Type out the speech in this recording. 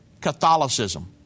Catholicism